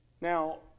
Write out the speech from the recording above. Now